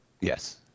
Yes